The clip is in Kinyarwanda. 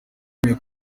wemeye